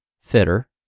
fitter